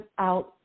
out